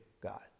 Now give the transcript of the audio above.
god